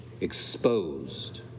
exposed